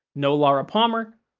no laura palmer,